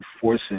forcing